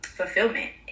fulfillment